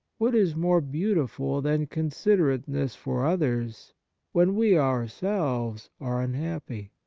what is more beautiful than considerate ness for others when we ourselves are un happy?